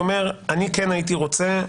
אני כן הייתי רוצה,